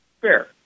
Fair